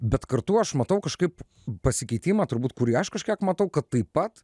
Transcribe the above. bet kartu aš matau kažkaip pasikeitimą turbūt kurį aš kažkiek matau kad taip pat